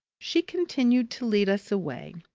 she continued to lead us away,